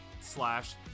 slash